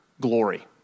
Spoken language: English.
glory